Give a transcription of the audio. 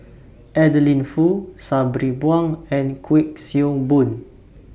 Adeline Foo Sabri Buang and Kuik Swee Boon